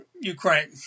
Ukraine